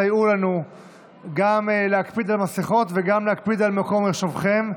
סייעו לנו גם להקפיד על מסכות וגם להקפיד על מקום מושבכם.